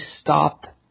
stop